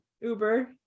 Uber